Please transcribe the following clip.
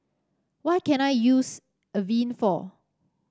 what can I use Avene for